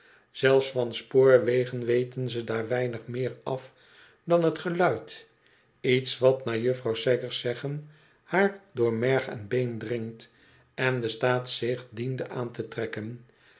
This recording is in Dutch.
zelfs van spoorwegen weten ze daar weinig meer af dan t geluid iets wat naar juffrouw saggers zeggen haar door merg en been dringt en de staat zich diende aan te trekken